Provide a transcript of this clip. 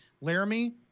Laramie